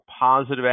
positive